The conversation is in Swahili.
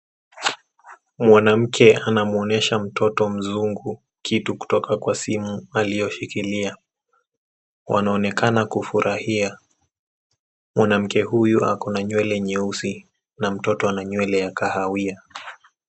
Mwanamke anamuonyesha mtoto mzungu kitu kutoka kwa simu aliyoshikilia. Wanaonekana kufurahia .Mwanamke huyu ana nywele nyeusi na mtoto ana nywele ya kahawia.